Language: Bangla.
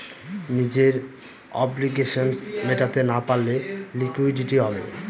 নিজের অব্লিগেশনস মেটাতে না পারলে লিকুইডিটি হবে